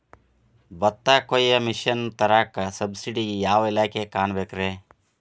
ಭತ್ತ ಕೊಯ್ಯ ಮಿಷನ್ ತರಾಕ ಸಬ್ಸಿಡಿಗೆ ಯಾವ ಇಲಾಖೆ ಕಾಣಬೇಕ್ರೇ?